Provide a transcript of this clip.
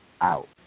out